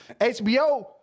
HBO